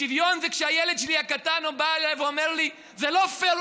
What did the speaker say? שוויון זה כשהילד שלי הקטן בא אליי ואומר לי: זה לא פייר,